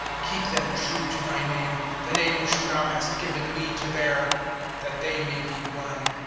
keep them true to thy name the name which thou hast given me to bear that they may be one,